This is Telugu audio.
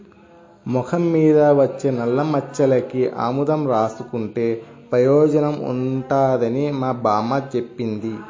మొఖం మీద వచ్చే నల్లమచ్చలకి ఆముదం రాసుకుంటే పెయోజనం ఉంటదని మా బామ్మ జెప్పింది